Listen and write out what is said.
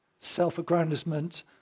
self-aggrandizement